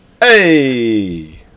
Hey